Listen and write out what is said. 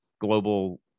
global